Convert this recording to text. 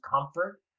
comfort